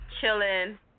Chilling